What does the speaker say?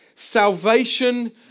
Salvation